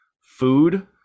food